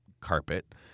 carpet